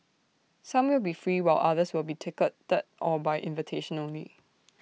some will be free while others will be ticketed or by invitation only